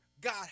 God